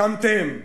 הקמתם?